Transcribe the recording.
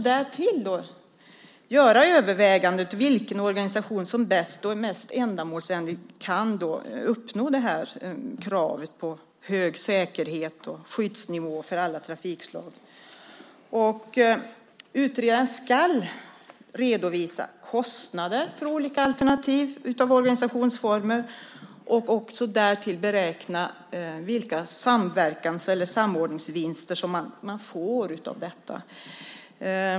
Därtill ska han göra övervägandet vilken organisation som bäst och mest ändamålsenligt kan uppnå detta krav på hög säkerhet och skyddsnivå för alla trafikslag. Utredaren skall redovisa kostnader för olika alternativ av organisationsformer och därtill beräkna vilka samverkans eller samordningsvinster som man får av detta.